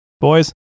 Boys